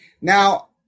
Now